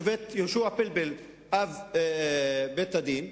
השופט יהושע פלפל, אב בית-הדין,